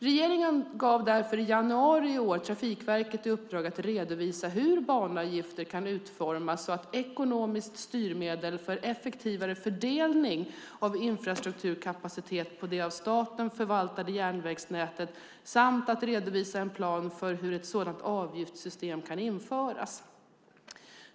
Regeringen gav därför i januari i år Trafikverket i uppdrag att redovisa hur banavgifter kan utformas som ekonomiskt styrmedel för effektivare fördelning av infrastrukturkapacitet på det av staten förvaltade järnvägsnätet samt redovisa en plan för hur ett sådant avgiftssystem kan införas.